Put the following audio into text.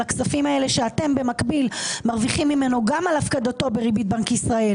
הכספים שאתם במקביל מרוויחים ממנו גם על הפקדתו בריבית בנק ישראל